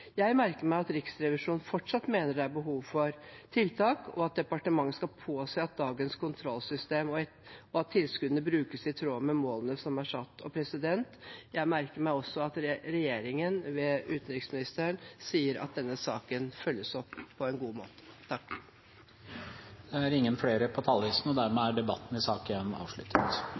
Jeg merker meg at Riksrevisjonen fortsatt mener det er behov for tiltak, og at departementet skal påse at dagens kontrollsystemer og tilskuddene brukes i tråd med målene som er satt. Jeg merker meg også at regjeringen ved utenriksministeren sier at denne saken følges opp på en god måte. Flere har ikke bedt om ordet til sak nr. 1. Etter ønske fra utenriks- og